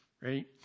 Right